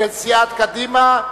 של סיעת קדימה,